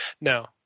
No